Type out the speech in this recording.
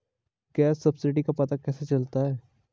Gas subsidy का पता कैसे चलता है?